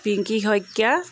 Pinky Saikia